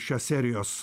šios serijos